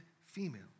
female